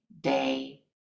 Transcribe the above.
day